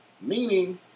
meaning